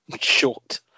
short